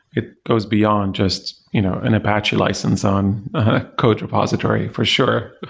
it goes beyond just you know an apache license on code repository for sure